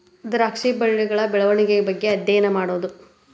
ದ್ರಾಕ್ಷಿ ಬಳ್ಳಿಗಳ ಬೆಳೆವಣಿಗೆಗಳ ಬಗ್ಗೆ ಅದ್ಯಯನಾ ಮಾಡುದು